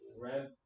red